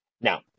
Now